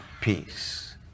peace